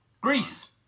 Greece